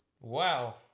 Wow